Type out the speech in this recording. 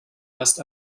erst